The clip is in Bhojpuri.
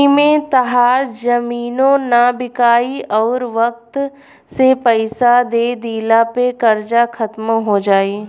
एमें तहार जमीनो ना बिकाइ अउरी वक्त से पइसा दे दिला पे कर्जा खात्मो हो जाई